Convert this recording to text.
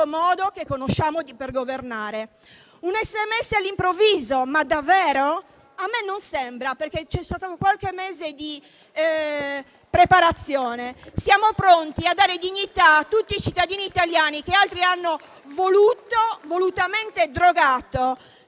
modo che conosciamo per governare. Un SMS all'improvviso, ma davvero? A me non sembra, perché ci sono stati alcuni mesi di preparazione. Siamo pronti a dare dignità a tutti i cittadini italiani che altri hanno volutamente drogato.